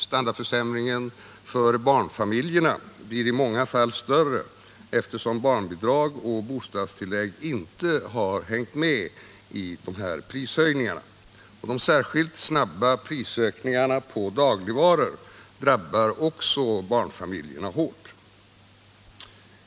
Standardförsämringen för barnfamiljerna blir i många fall större, eftersom barnbidrag och bostadstillägg inte hängt med i prishöjningarna. De särskilt snabba prisökningarna på dagligvaror drabbar också barnfamiljerna hårt.